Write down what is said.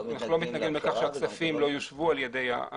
אנחנו לא מתנגדים לכך שהכספים לא יושבו על-ידי